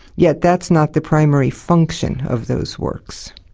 yet that's not the primary function of those works.